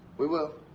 we will.